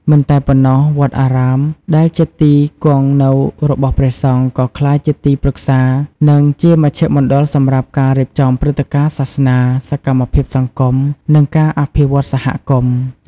មិនតែប៉ុណ្ណោះ វត្តអារាមដែលជាទីគង់នៅរបស់ព្រះសង្ឃ ក៏ក្លាយជាទីប្រឹក្សា និងជាមជ្ឈមណ្ឌលសម្រាប់ការរៀបចំព្រឹត្តិការណ៍សាសនា សកម្មភាពសង្គម និងការអភិវឌ្ឍសហគមន៍។